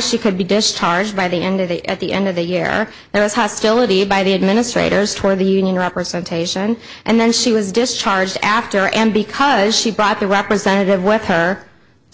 she could be discharged by the end of it at the end of the year there was hostility by the administrators toward the union representation and then she was discharged after m because she brought the representative with her